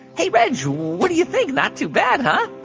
hey, reg, what do you think? not too bad, huh?